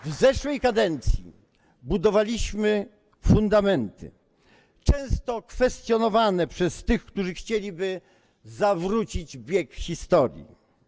W zeszłej kadencji budowaliśmy fundamenty, często kwestionowane przez tych, którzy chcieliby zawrócić bieg historii.